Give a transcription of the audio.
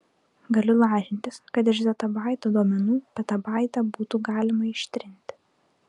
galiu lažintis kad iš zetabaito duomenų petabaitą būtų galima ištrinti